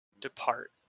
depart